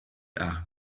are